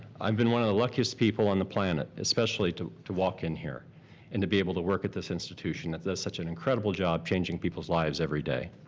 i've been one of the luckiest people on the planet, especially to to walk in here and to be able to work at this institution that does such an incredible job changing people's lives everyday.